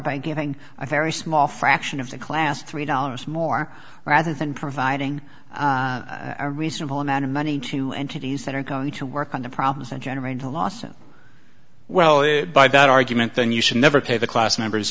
by giving a very small fraction of the class three dollars more rather than providing a reasonable amount of money to entities that are going to work on the problem and generate a lawsuit well by that argument then you should never pay the class members